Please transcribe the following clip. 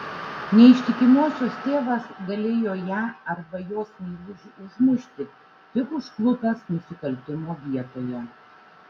neištikimosios tėvas galėjo ją arba jos meilužį užmušti tik užklupęs nusikaltimo vietoje